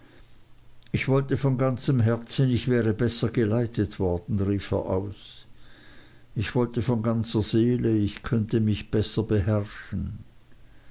ich wollte von ganzem herzen ich wäre besser geleitet worden rief er aus ich wollte von ganzer seele ich könnte mich besser beherrschen